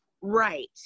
Right